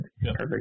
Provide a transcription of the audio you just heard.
Perfect